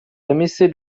demisi